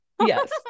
Yes